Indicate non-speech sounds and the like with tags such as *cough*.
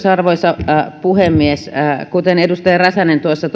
*unintelligible* arvoisa puhemies kuten edustaja räsänen tuossa *unintelligible*